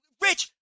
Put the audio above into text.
Rich